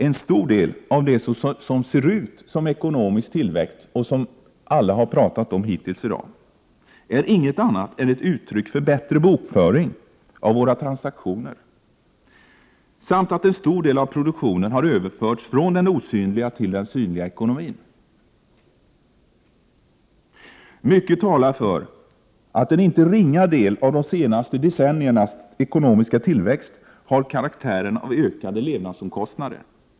En stor del av det som ser ut som ekonomisk tillväxt, och som alla hittills har pratat om i dag, är inget annat än ett uttryck för bättre bokföring av våra transaktioner samt att en stor del av produktionen har överförts från den osynliga till den synliga ekonomin. Mycket talar för att en inte ringa del av de senaste decenniernas ekonomiska tillväxt har karaktären av ökade levnadsomkostnader.